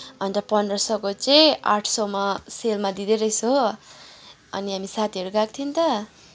अन्त पन्ध्र सौको चाहिँ आठ सौमा सेलमा दिँदैरहेछ हो अनि हामी साथीहरू गएको थियो नि त